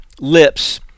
lips